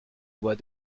bois